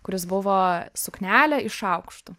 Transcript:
kuris buvo suknelė iš šaukštų